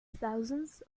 thousands